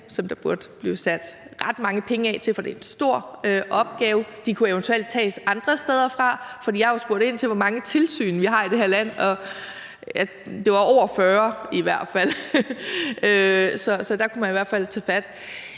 som der burde blive sat ret mange penge af til. For det er en stor opgave, og de kunne eventuelt tages andre steder fra. For jeg har jo spurgt ind til, hvor mange tilsyn vi har i det her land, og der var i hvert fald over 40. Så der kunne man i hvert fald tage fat.